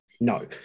no